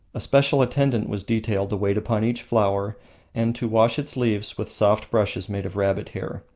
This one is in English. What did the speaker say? a special attendant was detailed to wait upon each flower and to wash its leaves with soft brushes made of rabbit hair.